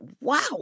wow